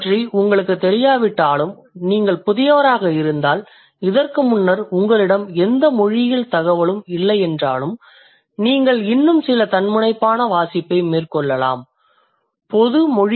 இதைப் பற்றி உங்களுக்குத் தெரியாவிட்டாலும் நீங்கள் புதியவராக இருந்தால் இதற்கு முன்னர் உங்களிடம் எந்த மொழியியல் தகவலும் இல்லை என்றால் நீங்கள் இன்னும் சில தன்முனைப்பான வாசிப்பை மேற்கொள்ளலாம் பொது மொழியியல் போன்ற சில அடிப்படையான புத்தகங்கள் உங்களுக்கு உதவியாக இருக்கும்